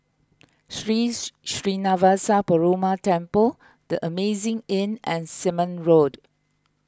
Sri Srinivasa Perumal Temple the Amazing Inn and Simon Road